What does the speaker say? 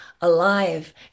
alive